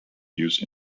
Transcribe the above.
use